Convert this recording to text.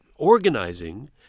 Organizing